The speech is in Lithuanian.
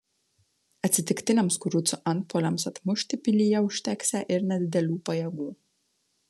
atsitiktiniams kurucų antpuoliams atmušti pilyje užteksią ir nedidelių pajėgų